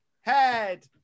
Head